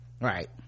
Right